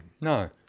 No